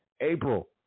April